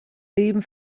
leben